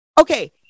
Okay